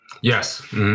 Yes